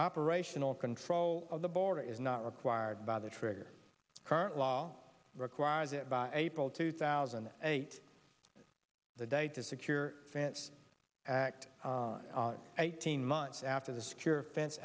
operational control of the border is not required by the trigger current law requires it by april two thousand and eight the date to secure fence act eighteen months after the secure fence